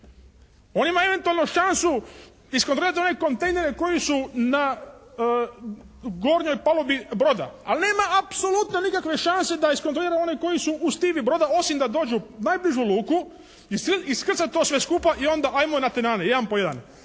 On ima eventualno šansu iskontrolirati ove kontejnere koji su na gornjoj palubi broda, ali nema apsolutno nikakve šanse da iskontrolira one koji su u … broda osim da dođu u najbližu luku, iskrca to sve skupa i onda ajmo na tenane, jedan po jedan.